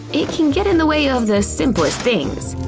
it can get in the way of the simplest things.